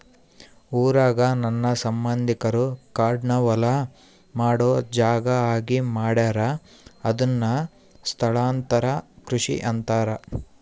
ಊರಾಗ ನನ್ನ ಸಂಬಂಧಿಕರು ಕಾಡ್ನ ಹೊಲ ಮಾಡೊ ಜಾಗ ಆಗಿ ಮಾಡ್ಯಾರ ಅದುನ್ನ ಸ್ಥಳಾಂತರ ಕೃಷಿ ಅಂತಾರ